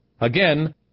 Again